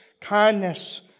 kindness